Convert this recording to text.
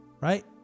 right